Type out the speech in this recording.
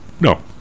No